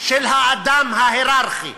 של האדם ההייררכי,